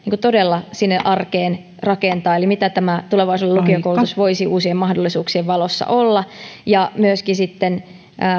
todella sinne arkeen rakentaa eli mitä tämä tulevaisuuden lukiokoulutus voisi uusien mahdollisuuksien valossa olla ja että voitaisiin myöskin sitten